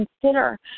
consider